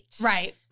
Right